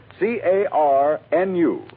C-A-R-N-U